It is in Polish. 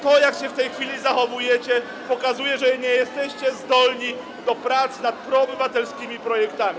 To jak się w tej chwili zachowujecie, pokazuje, że nie jesteście zdolni do prac nad proobywatelskimi projektami.